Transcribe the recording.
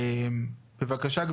בבקשה.